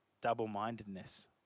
double-mindedness